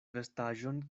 vestaĵon